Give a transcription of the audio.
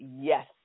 yes